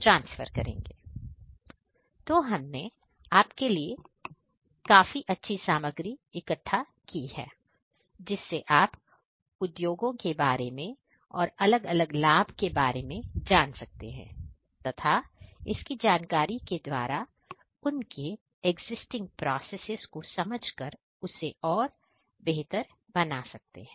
तू हमने आपके लिए काफी शाम अच्छी सामग्री इकट्ठा की है जिससे आप उद्योगों के बारे में और अलग अलग लाभ के बारे में जान सकते हैं तथा इस जानकारी के द्वारा उनके एक्जिस्टिंग प्रोसेसेस को समझ कर उसे और बेहतर बना सकते हैं